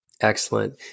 Excellent